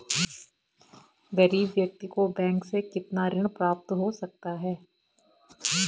गरीब व्यक्ति को बैंक से कितना ऋण प्राप्त हो सकता है?